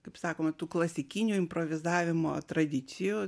kaip sakoma tų klasikinių improvizavimo tradicijų